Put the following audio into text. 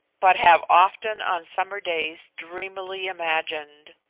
but have often on summer days dreamily imagined.